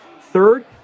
Third